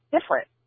Different